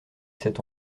cet